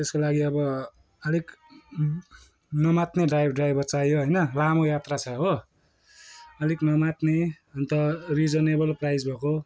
त्यसको लागि अब अलिक नमात्ने ड्राइ ड्राइभर चाहियो होइन लामो यात्रा छ हो अलिक नमात्ने अन्त रिजनेबल प्राइज भएको